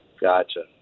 Gotcha